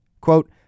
Quote